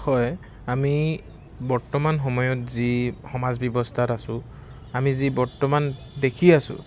হয় আমি বৰ্তমান সময়ত যি সমাজ ব্যৱস্থাত আছোঁ আমি যি বৰ্তমান দেখি আছোঁ